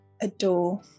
adore